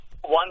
one